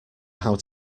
how